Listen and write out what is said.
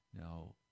Now